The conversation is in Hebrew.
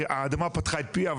האדמה פתחה את פיה.